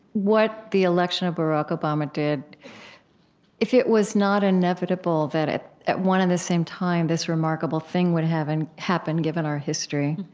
what the election of barack obama did if it was not inevitable that at at one and the same time this remarkable thing would and happen, given our history,